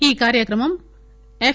ఈ కార్చక్రమం ఎఫ్